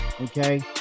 Okay